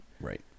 Right